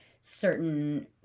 certain